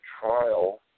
trial